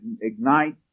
ignite